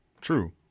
True